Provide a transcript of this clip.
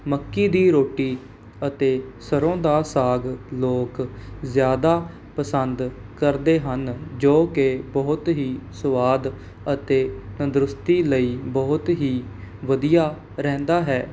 ਮੱਕੀ ਦੀ ਰੋਟੀ ਅਤੇ ਸਰ੍ਹੋਂ ਦਾ ਸਾਗ ਲੋਕ ਜ਼ਿਆਦਾ ਪਸੰਦ ਕਰਦੇ ਹਨ ਜੋ ਕਿ ਬਹੁਤ ਹੀ ਸਵਾਦ ਅਤੇ ਤੰਦਰੁਸਤੀ ਲਈ ਬਹੁਤ ਹੀ ਵਧੀਆ ਰਹਿੰਦਾ ਹੈ